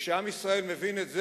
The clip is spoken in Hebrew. כשעם ישראל מבין את זה,